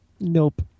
Nope